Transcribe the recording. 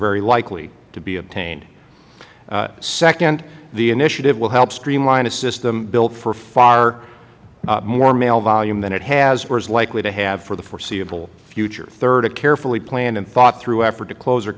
very likely to be obtained second the initiative will help streamline a system built for far more mail volume than it has or is likely to have for the foreseeable future third a carefully planned and thought through effort to close